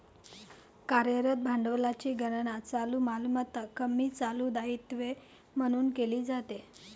कार्यरत भांडवलाची गणना चालू मालमत्ता कमी चालू दायित्वे म्हणून केली जाते